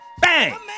Bang